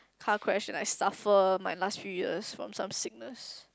car crash like suffer my last three years from some sickness